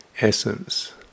essence